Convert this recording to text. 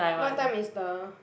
what time is the